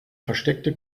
versteckte